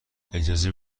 اجازه